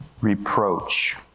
reproach